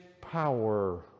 power